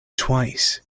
twice